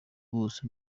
bose